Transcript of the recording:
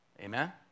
Amen